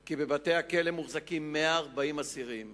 כי בבתי-הכלא מוחזקים 140 אסירים